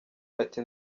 ati